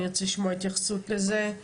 אני ארצה לשמוע התייחסות לזה,